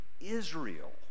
Israel